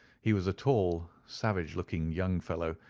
he was a tall, savage-looking young fellow,